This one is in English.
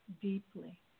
deeply